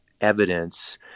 evidence